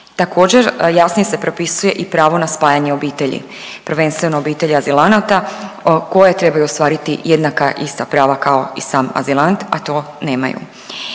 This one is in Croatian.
Također jasnije se propisuje i pravo na spajanje obitelji, prvenstveno obitelji azilanata koje trebaju ostvariti jednaka i ista prava kao i sam azilant, a to nemaju.